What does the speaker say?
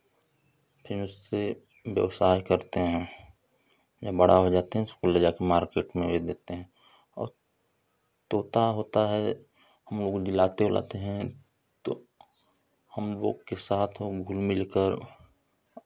फिर उससे व्यवसाय करते हैं जब बड़ा हो जाते हैं उसको ले जाके मार्केट में बेच देते हैं और तोता होता है हमलोग दिलाते उलाते हैं तो हमलोग के साथ घुल मिल कर